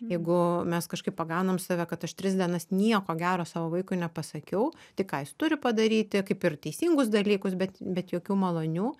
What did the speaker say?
jeigu mes kažkaip pagaunam save kad aš tris dienas nieko gero savo vaikui nepasakiau tai ką jis turi padaryti kaip ir teisingus dalykus bet bet jokių malonių